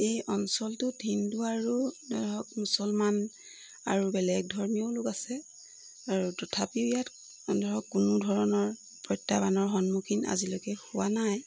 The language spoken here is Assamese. এই অঞ্চলটোত হিন্দু আৰু মুছলমান আৰু বেলেগ ধৰ্মীয় লোক আছে আৰু তথাপিও ইয়াত ধৰক কোনো ধৰণৰ প্ৰত্যাহ্বানৰ সন্মুখীন আজিলৈকে হোৱা নাই